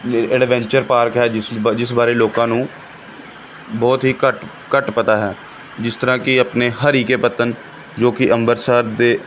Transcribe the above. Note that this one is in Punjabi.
ਐਡਵੈਂਚਰ ਪਾਰਕ ਹੈ ਜਿਸ ਬ ਜਿਸ ਬਾਰੇ ਲੋਕਾਂ ਨੂੰ ਬਹੁਤ ਹੀ ਘੱਟ ਘੱਟ ਪਤਾ ਹੈ ਜਿਸ ਤਰ੍ਹਾਂ ਕਿ ਆਪਣੇ ਹਰੀਕੇ ਪੱਤਣ ਜੋ ਕਿ ਅੰਬਰਸਰ ਦੇ